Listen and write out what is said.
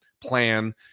plan